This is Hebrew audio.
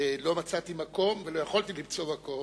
לא מצאתי מקום, ולא יכולתי למצוא מקום,